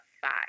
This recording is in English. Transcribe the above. five